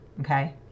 okay